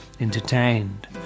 entertained